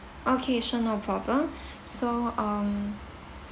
okay sure no problem so um